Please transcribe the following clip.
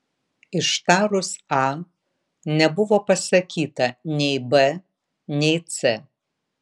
ištarus a nebuvo pasakyta nei b nei c